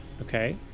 okay